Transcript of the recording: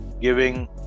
giving